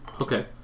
Okay